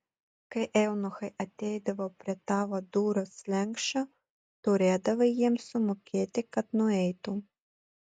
kai eunuchai ateidavo prie tavo durų slenksčio turėdavai jiems sumokėti kad nueitų